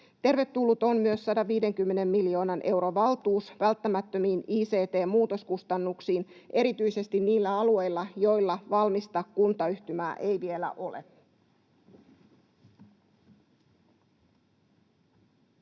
Tervetullut on myös 150 miljoonan euron valtuus välttämättömiin ICT-muutoskustannuksiin erityisesti niillä alueilla, joilla valmista kuntayhtymää ei vielä ole.